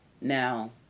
Now